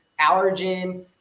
allergen